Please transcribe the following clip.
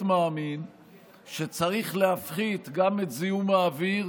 מאמין שצריך להפחית גם את זיהום האוויר